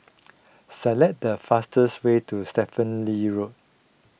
select the fastest way to Stephen Lee Road